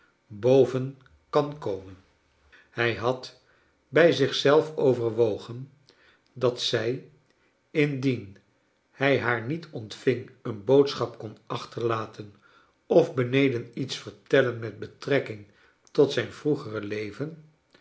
boven kan komen hij had bij zich zelf overwogen dat zij indien hij haar niet ontving een boodschap kon achterlaten of beneden iets vertellen met betrekking tot zijn vroegere leven